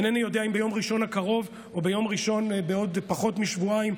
אינני יודע אם ביום ראשון הקרוב או ביום ראשון בעוד פחות משבועיים,